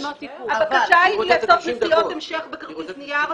הבקשה היא לאפשר לעשות נסיעות המשך בכרטיס נייר.